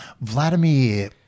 Vladimir